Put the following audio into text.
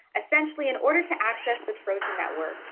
essentially, in order to access the trojan network,